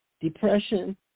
depression